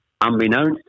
unbeknownst